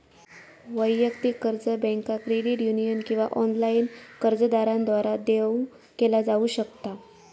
वैयक्तिक कर्ज बँका, क्रेडिट युनियन किंवा ऑनलाइन कर्जदारांद्वारा देऊ केला जाऊ शकता